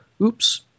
oops